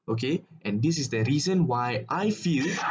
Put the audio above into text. okay and this is the reason why I feel